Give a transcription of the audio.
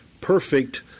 perfect